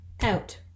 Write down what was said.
out